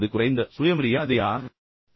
அது குறைந்த சுயமரியாதையாக இருக்க முடியுமா